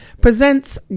presents